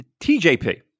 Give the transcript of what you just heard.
TJP